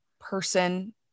person